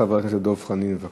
חבר הכנסת דב חנין, בבקשה.